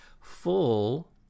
full